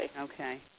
Okay